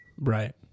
Right